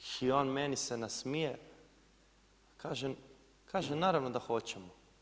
I on meni se nasmije, kaže naravno da hoćemo.